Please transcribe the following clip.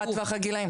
מה טווח הגילאים?